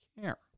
care